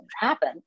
happen